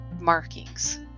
markings